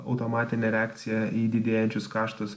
automatinė reakcija į didėjančius kaštus